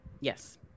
Yes